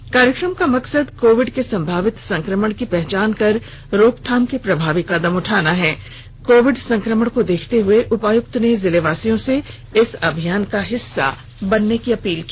इस कार्यक्रम का मकसद कोविड के संभावित संक्रमण की पहचान कर रोकथाम के प्रभावी कदम उठाना है कोविड संक्रमण को देखते हुए उपायुक्त ने जिलेवासियों से इस अभियान का हिस्सा बनने की अपील की